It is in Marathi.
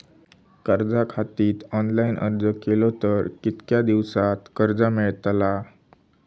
कर्जा खातीत ऑनलाईन अर्ज केलो तर कितक्या दिवसात कर्ज मेलतला?